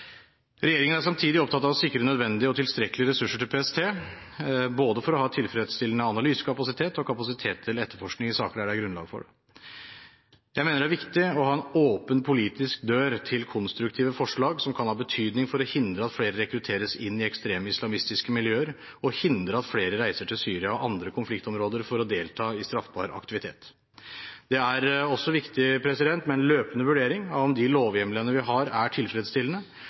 Regjeringen er samtidig opptatt av å sikre nødvendige og tilstrekkelige ressurser til PST, både for å ha tilfredsstillende analysekapasitet og kapasitet til etterforskning i saker der det er grunnlag for det. Jeg mener det er viktig å ha en åpen politisk dør til konstruktive forslag som kan ha betydning for å hindre at flere rekrutteres inn i ekstreme islamistiske miljøer, og hindre at flere reiser til Syria og andre konfliktområder for å delta i straffbar aktivitet. Det er også viktig med en løpende vurdering av om de lovhjemlene vi har, er tilfredsstillende.